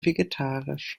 vegetarisch